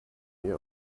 ihr